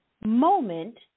moment